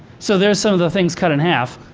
so, there's some of the things cut in half.